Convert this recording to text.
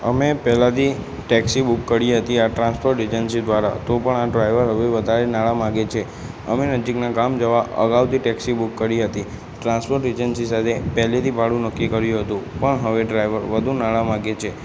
અમે પહેલાંથી taxi book કરી હતી આ ટ્રાન્સપોર્ટ એજન્સી દ્વારા તો પણ આ ડ્રાઇવર હવે વધારે નાણાં માગે છે અમે નજીકના ગામ જવા અગાઉથી ટેક્સી બૂક કરી હતી ટ્રાન્સપોર્ટ એજન્સી સાથે પહેલેથી ભાડું નક્કી કર્યું હતું પણ હવે ડ્રાઇવર વધુ નાણાં માગે છે